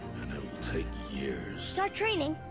and it will take years. start training?